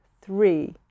three